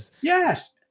Yes